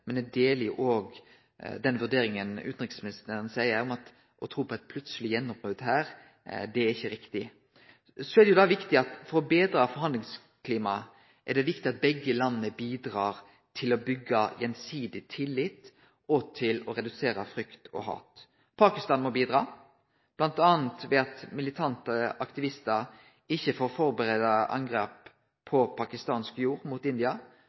men eg deler den vurderinga utanriksministeren gir, at å tru på eit plutseleg gjennombrot her ikkje er riktig. For å betre forhandlingsklimaet er det viktig at begge desse landa bidrar til å byggje gjensidig tillit og til å redusere frykt og hat. Pakistan må bidra, bl.a. ved at militante aktivistar ikkje får førebu angrep på pakistansk jord mot India,